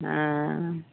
हँ